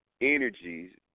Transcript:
Energies